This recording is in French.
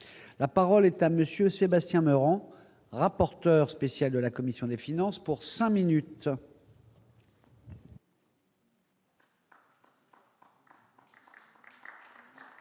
la parole est à monsieur Sébastien Meurant, rapporteur spécial de la commission des finances pour 100 minutes.